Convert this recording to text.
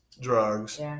drugs